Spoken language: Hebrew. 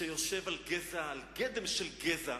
שיושב על גדם של גזע,